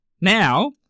Now